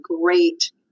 great